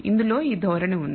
ఇందులో ఈ ధోరణి ఉంది